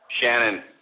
Shannon